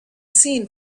seen